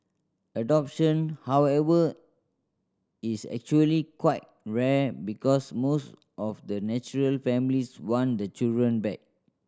adoption however is actually quite rare because most of the natural families want the children back